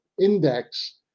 Index